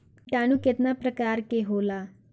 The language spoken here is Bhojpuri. किटानु केतना प्रकार के होला?